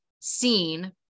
seen